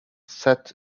sat